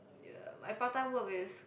uh my part time work is